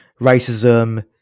racism